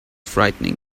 frightening